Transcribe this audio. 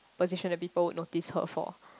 position the people would notice her for